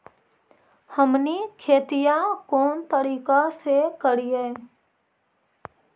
हमनी खेतीया कोन तरीका से करीय?